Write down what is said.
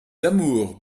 amours